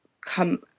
come